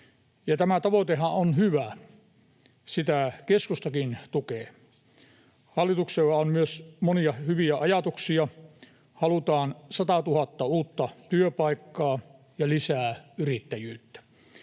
Tämä tavoitehan on hyvä, sitä keskustakin tukee. Hallituksella on myös monia hyviä ajatuksia: halutaan 100 000 uutta työpaikkaa ja lisää yrittäjyyttä.